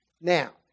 Now